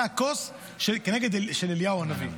זה הכוס של אליהו הנביא.